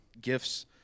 gifts